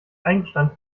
eingestand